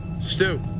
Stu